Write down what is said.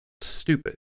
stupid